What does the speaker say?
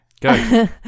go